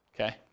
okay